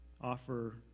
offer